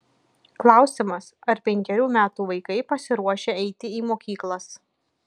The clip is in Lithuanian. klausimas ar penkerių metų vaikai pasiruošę eiti į mokyklas